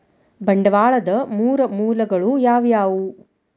ಬಂಡವಾಳದ್ ಮೂರ್ ಮೂಲಗಳು ಯಾವವ್ಯಾವು?